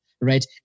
Right